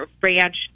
branch